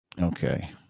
Okay